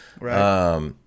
Right